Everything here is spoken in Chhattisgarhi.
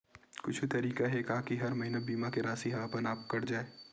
कुछु तरीका हे का कि हर महीना बीमा के राशि हा अपन आप कत जाय?